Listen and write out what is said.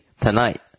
tonight